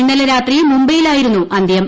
ഇന്നലെ രാത്രി മുംബൈയിലായിരുന്നു അന്ത്യം